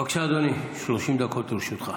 בבקשה, אדוני, 30 דקות לרשותך.